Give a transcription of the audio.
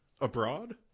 abroad